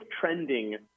trending